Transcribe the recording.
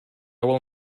will